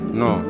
no